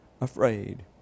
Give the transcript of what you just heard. afraid